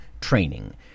training